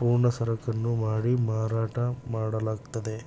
ಪೂರ್ಣ ಸರಕನ್ನು ಮಾಡಿ ಮಾರಾಟ ಮಾಡ್ಲಾಗ್ತದೆ